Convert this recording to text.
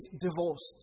divorced